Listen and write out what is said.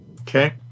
Okay